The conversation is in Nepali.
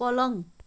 पलङ